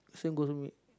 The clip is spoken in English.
same go to me